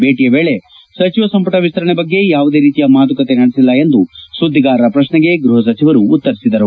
ಭೇಟಿಯ ವೇಳೆ ಸಚಿವ ಸಂಪುಣ ವಿಸ್ತರಣೆ ಬಗ್ಗೆ ಯಾವುದೇ ರೀತಿಯ ಮಾತುಕತೆ ನಡೆಸಿಲ್ಲ ಎಂದು ಸುದ್ದಿಗಾರರ ಪ್ರಶ್ನೆಗೆ ಗೃಹ ಸಚಿವರು ಉತ್ತರಿಸಿದರು